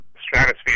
stratosphere